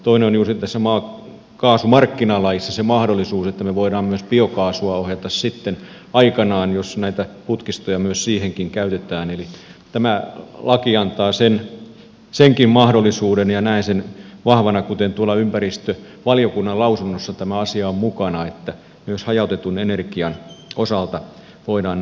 toinen on juuri tässä maakaasumarkkinalaissa se mahdollisuus että me voimme myöskin biokaasua ohjata sitten aikanaan jos näitä putkistoja myös siihenkin käytetään eli tämä laki antaa senkin mahdollisuuden ja näen sen vahvana kuten tuolla ympäristövaliokunnan lausunnossa tämä asia on mukana että myös hajautetun energian osalta voidaan näin toimia